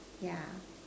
yeah